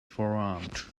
forearmed